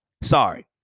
Sorry